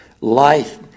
life